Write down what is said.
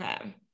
Okay